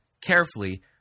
carefully